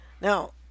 Now